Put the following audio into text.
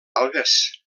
algues